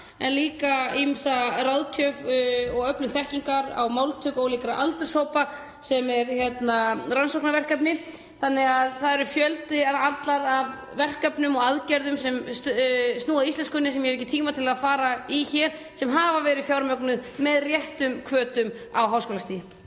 en líka ýmsa ráðgjöf og öflun þekkingar á máltöku ólíkra aldurshópa, sem er rannsóknarverkefni, þannig að það er (Forseti hringir.) fjöldinn allur af verkefnum og aðgerðum sem snúa að íslenskunni, sem ég hef ekki tíma til að fara í hér, sem hafa verið fjármögnuð með réttum hvötum á háskólastigi.